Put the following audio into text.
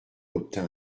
obtint